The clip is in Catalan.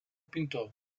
pintor